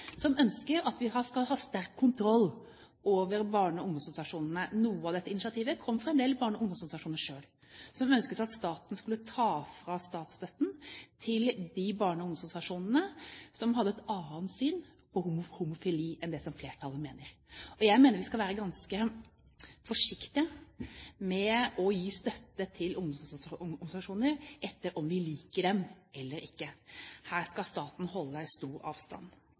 som ønsker at vi skal ha sterk kontroll over barne- og ungdomsorganisasjonene. Noe av dette initiativet kom fra en del barne- og ungdomsorganisasjoner selv som ønsket at staten skulle ta statsstøtten fra de barne- og ungdomsorganisasjonene som hadde et annet syn på homofili enn det flertallet har. Jeg mener vi skal være ganske forsiktige med å gi støtte til ungdomsorganisasjoner ut fra om vi liker dem eller ikke. Her skal staten holde stor avstand.